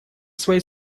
своей